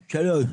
שלישית: